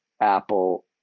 apple